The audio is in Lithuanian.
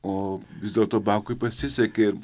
o vis dėlto bakui pasisekė